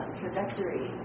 trajectory